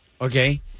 Okay